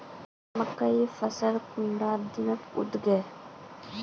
मकई फसल कुंडा दिनोत उगैहे?